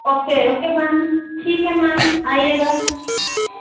okay okay ma'am ठीक है ma'am आइएगा